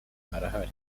arahari